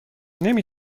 نمی